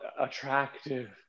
attractive